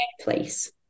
place